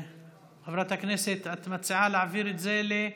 חברת הכנסת, את מציעה להעביר את זה לאן?